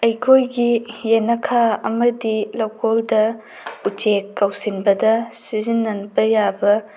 ꯑꯩꯈꯣꯏꯒꯤ ꯌꯦꯅꯈꯥ ꯑꯃꯗꯤ ꯂꯧꯀꯣꯜꯗ ꯎꯆꯦꯛ ꯀꯧꯁꯤꯟꯕꯗ ꯁꯤꯖꯟꯅꯕ ꯌꯥꯕ